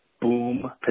boom